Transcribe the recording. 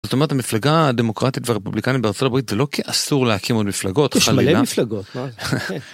זאת אומרת המפלגה הדמוקרטית והרפובליקנית בארצות הברית זה לא כי אסור להקים מפלגות, יש מלא מפלגות.